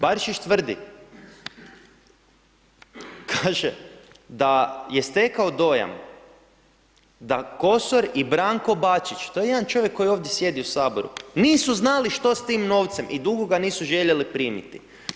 Barišić tvrdi, kaže da je stekao dojam da Kosor i Branko Bačić, to je jedan čovjek koji ovdje sjedi u Saboru, nisu znali što s tim novcem i dugo ga nisu željeli primiti.